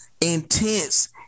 intense